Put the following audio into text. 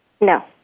No